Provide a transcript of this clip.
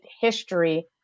history